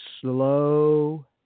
slow